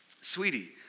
sweetie